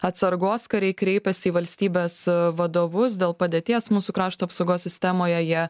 atsargos kariai kreipiasi į valstybės vadovus dėl padėties mūsų krašto apsaugos sistemoje jie